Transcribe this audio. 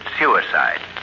suicide